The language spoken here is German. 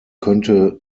könnte